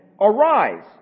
Arise